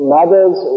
Mothers